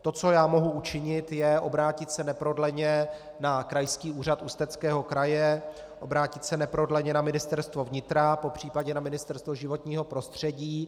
To, co já mohu učinit, je obrátit se neprodleně na Krajský úřad Ústeckého kraje, obrátit se neprodleně na Ministerstvo vnitra, popř. na Ministerstvo životního prostředí.